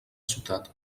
ciutat